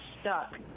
stuck